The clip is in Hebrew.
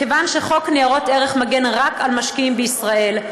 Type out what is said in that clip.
מכיוון שחוק ניירות ערך מגן רק על משקיעים בישראל,